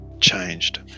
changed